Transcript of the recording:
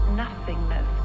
Nothingness